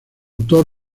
autor